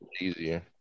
easier